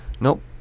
Nope